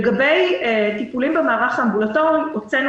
לגבי טיפולים במערך האמבולטורי הוצאנו